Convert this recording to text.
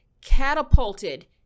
catapulted